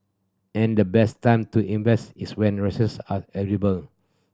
and the best time to invest is when resources are